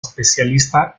especialista